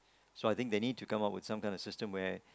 so I think they need to come up with some kind of system where